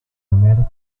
americans